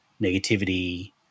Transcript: negativity